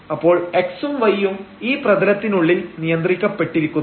അപ്പോൾ x ഉം y ഉം ഈ പ്രതലത്തിനുള്ളിൽ നിയന്ത്രിക്കപ്പെട്ടിരിക്കുന്നു